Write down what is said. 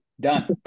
Done